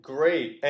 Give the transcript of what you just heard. Great